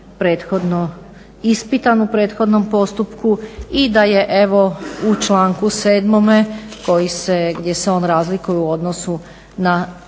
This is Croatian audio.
prethodno ispitan u prethodnom postupku i da je evo u članku 7. koji se, gdje se on razlikuje u odnosu na